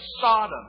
Sodom